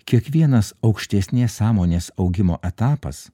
kiekvienas aukštesnės sąmonės augimo etapas